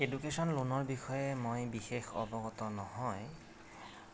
education লোনৰ বিষয়ে মই বিশেষ অৱগত নহয়